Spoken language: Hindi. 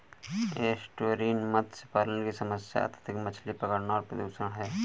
एस्टुअरीन मत्स्य पालन की समस्या अत्यधिक मछली पकड़ना और प्रदूषण है